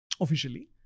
Officially